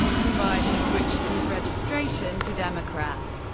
and biden switched his registration to democrat.